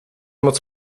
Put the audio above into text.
moc